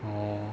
orh